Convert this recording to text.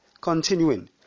Continuing